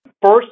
First